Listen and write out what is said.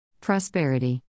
Prosperity